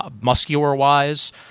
muscular-wise